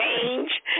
change